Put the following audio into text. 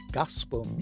gospel